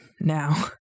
now